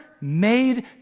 made